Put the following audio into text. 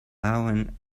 alan